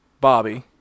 Bobby